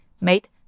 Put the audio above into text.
made